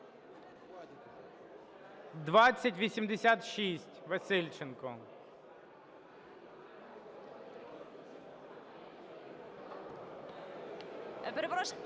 2086, Васильченко.